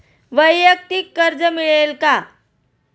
वैयक्तिक कर्ज मिळेल का?